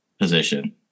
position